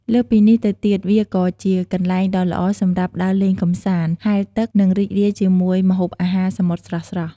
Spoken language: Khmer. លើសពីនេះទៅទៀតវាក៏ ជាកន្លែងដ៏ល្អសម្រាប់ដើរលេងកម្សាន្ត ហែលទឹក និងរីករាយជាមួយម្ហូបអាហារសមុទ្រស្រស់ៗ។